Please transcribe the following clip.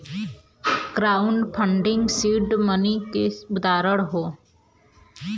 crowd funding seed money क उदाहरण हौ